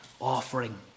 offering